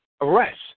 arrest